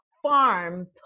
farm